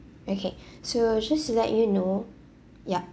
okay so just to let you know yup